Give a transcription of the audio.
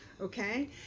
okay